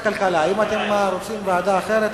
18 חברי